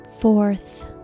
fourth